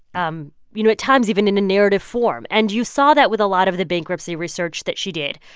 um you know, at times even in a narrative form. and you saw that with a lot of the bankruptcy research that she did.